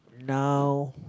now